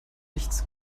nichts